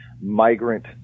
migrant